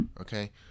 okay